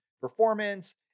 performance